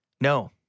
No